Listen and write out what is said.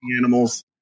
animals